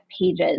pages